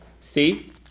See